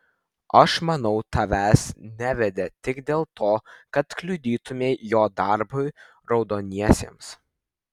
aš manau tavęs nevedė tik dėl to kad kliudytumei jo darbui raudoniesiems